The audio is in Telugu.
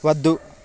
వద్దు